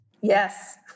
Yes